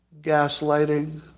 Gaslighting